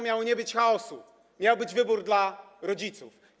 Miało nie być chaosu, miał być wybór dla rodziców.